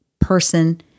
person